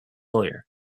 lawyer